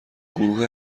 گروه